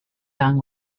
down